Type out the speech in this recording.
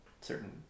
certain